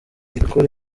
ikora